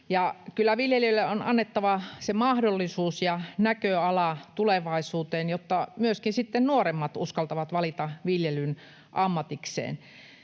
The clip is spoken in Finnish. viljelijöille on annettava se mahdollisuus ja näköala tulevaisuuteen, että myöskin nuoremmat uskaltavat valita viljelyn ammatikseen.